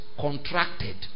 contracted